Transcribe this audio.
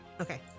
Okay